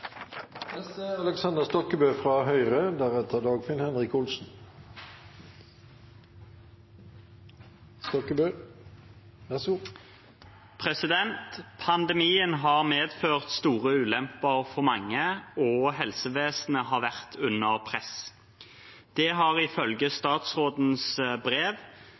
Pandemien har medført store ulemper for mange, og helsevesenet har vært under press. Det har ifølge statsrådens brev